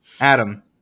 Adam